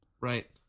Right